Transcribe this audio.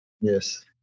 Yes